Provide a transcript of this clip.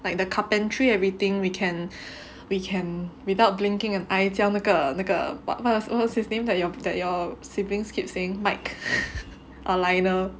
like the carpentry everything we can we can without blinking an eye 叫那个那个 what what's his name that your that your siblings keep saying Mike err oh Lionel